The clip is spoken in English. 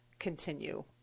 continue